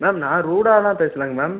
ma'am நான் ரூடாலாம் பேசலைங்க மேம்